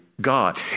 God